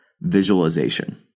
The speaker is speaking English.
visualization